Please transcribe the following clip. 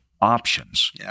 options